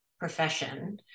profession